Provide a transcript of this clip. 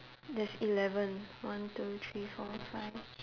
there's eleven one two three four five